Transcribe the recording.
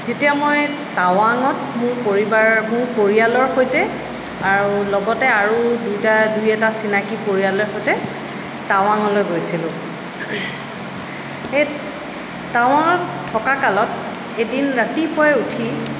যিতিয়া মই টাৱাঙত মোৰ পৰিবাৰ মোৰ পৰিয়ালৰ সৈতে আৰু লগতে আৰু দুইটা দুই এটা চিনাকী পৰিয়ালে সৈতে টাৱাংলৈ গৈছিলোঁ সেই টাৱাংত থকা কালত এদিন ৰাতিপুৱাই উঠি